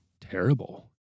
terrible